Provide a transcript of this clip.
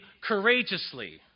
courageously